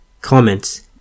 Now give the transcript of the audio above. Comments